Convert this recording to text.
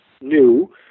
new